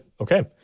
okay